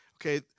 Okay